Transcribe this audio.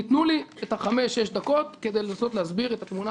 תנו לי חמש-שש דקות לנסות להסביר את התמונה